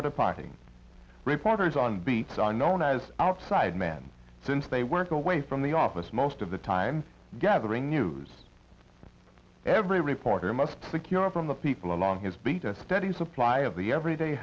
departing reporters on beats are known as outside men since they work away from the office most of the time gathering news every reporter must secure from the people along his beat a steady supply of the everyday